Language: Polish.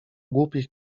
głupich